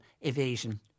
evasion